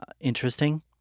interesting